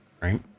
right